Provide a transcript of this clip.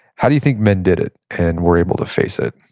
how do you think men did it and were able to face it?